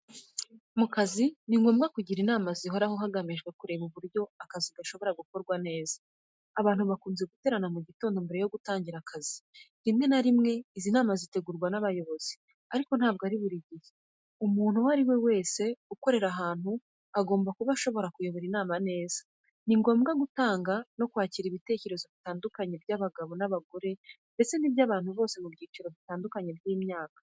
Mu kazi, ni ngombwa kugira inama zihoraho hagamijwe Kureba uburyo akazi gashobora gukorwa neza. Abantu bakunze guterana mu gitondo mbere yo gutangira akazi . Rimwe na rimwe, izi nama zitegurwa n’abayobozi, ariko ntabwo ari buri gihe , umuntu uwo ari we wese ukorera aho hantu agomba kuba ashobora kuyobora inama neza. Ni ngombwa gutanga no kwakira ibitekerezo bitandukanye by’abagabo n’abagore ndetse n’iby’abantu bo mu byiciro bitandukanye by’imyaka.